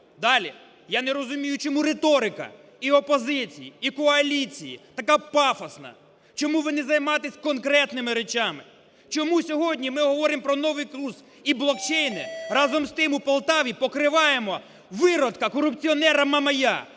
Далі. Я не розумію, чому риторика і опозиції, і коаліції така пафосна. Чому ви не займаєтесь конкретними речами? Чому сьогодні ми говоримо про новий курс і блокчейни, разом з тим у Полтаві покриваємо виродка-корупціонера Мамая,